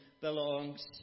belongs